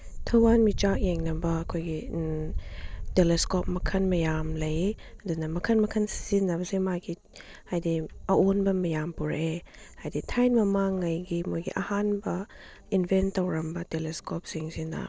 ꯊꯋꯥꯟ ꯃꯤꯆꯥꯛ ꯌꯦꯡꯅꯕ ꯑꯩꯈꯣꯏꯒꯤ ꯇꯦꯂꯦꯁꯀꯣꯞ ꯃꯈꯜ ꯃꯌꯥꯝ ꯂꯩ ꯑꯗꯨꯅ ꯃꯈꯜ ꯃꯈꯜ ꯁꯤꯖꯤꯅꯕꯁꯦ ꯃꯥꯒꯤ ꯍꯥꯏꯗꯤ ꯑꯑꯣꯟꯕ ꯃꯌꯥꯝ ꯄꯨꯔꯛꯑꯦ ꯍꯥꯏꯗꯤ ꯊꯥꯏꯅ ꯃꯃꯥꯡꯉꯩꯒꯤ ꯃꯣꯏꯒꯤ ꯑꯍꯥꯟꯕ ꯏꯟꯕꯦꯟ ꯇꯧꯔꯝꯕ ꯇꯦꯂꯦꯁꯀꯣꯞꯁꯤꯡꯁꯤꯅ